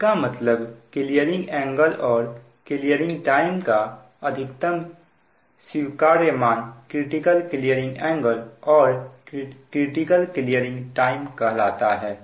इसका मतलब clearing angle और क्लीयरिंग टाइम का अधिकतम स्वीकार्य मान क्रिटिकल क्लीयरिंग एंगल और क्रिटिकल क्लीयरिंग टाइम कहलाता है